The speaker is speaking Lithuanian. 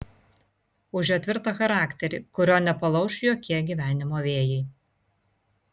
už jo tvirtą charakterį kurio nepalauš jokie gyvenimo vėjai